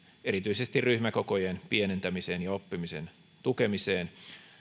erityisesti ryhmäkokojen pienentämisen ja oppimisen tukemiseen